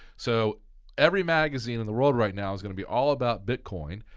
so every magazine in the world right now is going to be all about bitcoin,